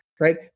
Right